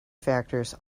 factors